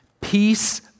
Peace